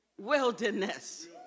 Wilderness